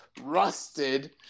rusted